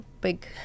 big